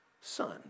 son